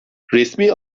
resmi